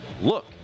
look